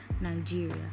Nigeria